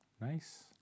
Nice